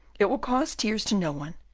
it will cause tears to no one.